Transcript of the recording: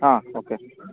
ആ ഓക്കെ